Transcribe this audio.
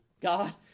God